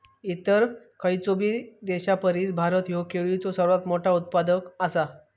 इतर खयचोबी देशापरिस भारत ह्यो केळीचो सर्वात मोठा उत्पादक आसा